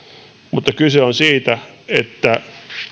mutta kyse on siitä että